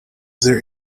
there